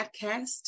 podcast